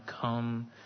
come